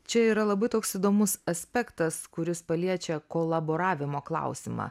čia yra labai toks įdomus aspektas kuris paliečia kolaboravimo klausimą